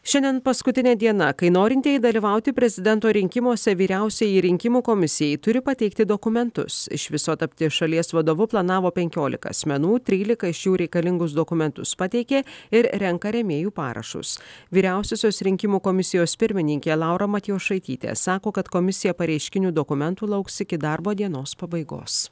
šiandien paskutinė diena kai norintieji dalyvauti prezidento rinkimuose vyriausiajai rinkimų komisijai turi pateikti dokumentus iš viso tapti šalies vadovu planavo penkiolika asmenų trylika šių reikalingus dokumentus pateikė ir renka rėmėjų parašus vyriausiosios rinkimų komisijos pirmininkė laura matjošaitytė sako kad komisija pareiškinių dokumentų lauks iki darbo dienos pabaigos